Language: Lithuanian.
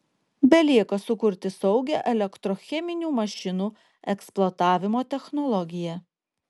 belieka sukurti saugią elektrocheminių mašinų eksploatavimo technologiją